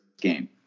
game